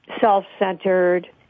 self-centered